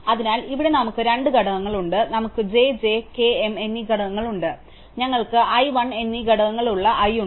അതിനാൽ ഇവിടെ നമുക്ക് രണ്ട് ഘടകങ്ങളുണ്ട് നമുക്ക് j j k m എന്നീ ഘടകങ്ങളുണ്ട് ഞങ്ങൾക്ക് i l എന്നീ ഘടകങ്ങളുള്ള i ഉണ്ട്